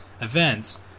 events